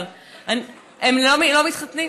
הם לא מתחתנים,